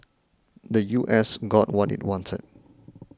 the U S got what it wanted